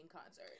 concert